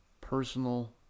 personal